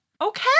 Okay